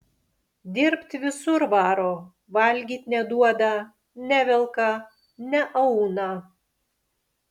dirbt visur varo valgyt neduoda nevelka neauna